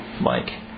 Mike